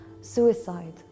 suicide